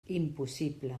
impossible